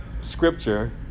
scripture